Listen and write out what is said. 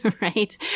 right